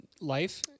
life